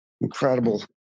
incredible